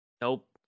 nope